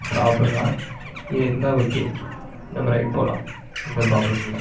problem தான் இது இருந்தால் ஓகே நம்ம ரைட் போகலாம் எந்த ப்ராப்ளமும் இல்லை